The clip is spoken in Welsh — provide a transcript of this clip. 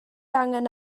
angen